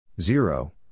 Zero